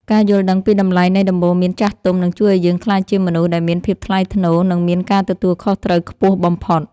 ការយល់ដឹងពីតម្លៃនៃដំបូន្មានចាស់ទុំនឹងជួយឱ្យយើងក្លាយជាមនុស្សដែលមានភាពថ្លៃថ្នូរ និងមានការទទួលខុសត្រូវខ្ពស់បំផុត។